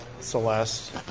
Celeste